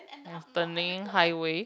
while turning highway